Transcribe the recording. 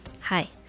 Hi